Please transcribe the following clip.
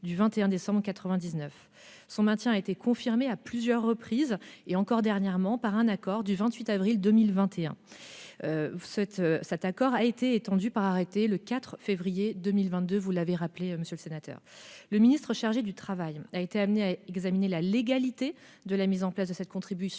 du 21 décembre 1999. Son maintien a été confirmé à plusieurs reprises, et encore dernièrement, par l'accord du 28 avril 2021, lui-même étendu par l'arrêté du 4 février 2022, comme vous l'avez rappelé, monsieur le sénateur. Le ministre chargé du travail a examiné la légalité de la mise en place de cette contribution